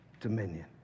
dominion